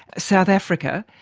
south africa.